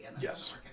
Yes